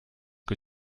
que